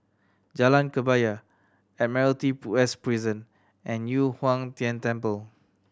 Jalan Kebaya Admiralty West Prison and Yu Huang Tian Temple